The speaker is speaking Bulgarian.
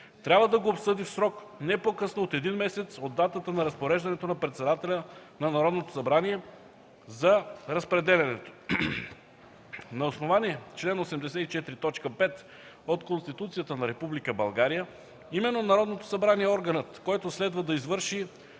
трябва да го обсъди в срок не по-късно от 1 месец от датата на разпореждането на председателя на Народното събрание за разпределянето. На основание чл. 84, т. 5 от Конституцията на Република България именно Народното събрание е органът, който следва да извърши